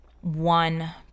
one